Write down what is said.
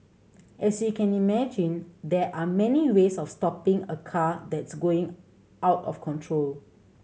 as you can imagine there are many ways of stopping a car that's going out of control